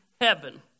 heaven